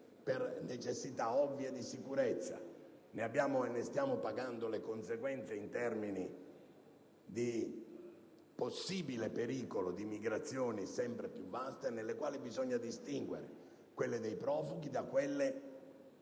necessità di sicurezza. Ne stiamo pagando le conseguenze in termini di possibile pericolo di immigrazioni sempre più vaste, tra le quali bisogna distinguere quelle dei profughi da quelle